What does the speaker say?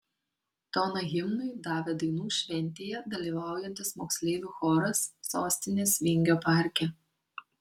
toną himnui davė dainų šventėje dalyvaujantis moksleivių choras sostinės vingio parke